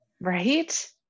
Right